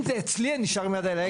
אם זה אצלי, אני נשאר עם יד על ההגה.